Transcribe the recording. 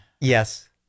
Yes